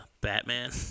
Batman